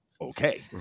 Okay